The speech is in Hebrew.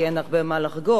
כי אין הרבה מה לחגוג,